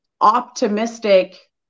optimistic